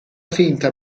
finta